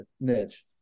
niche